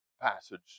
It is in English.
passage